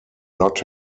not